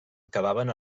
acabaven